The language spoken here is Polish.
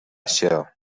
się